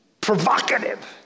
provocative